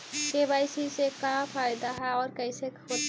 KYC से का फायदा है और कैसे होतै?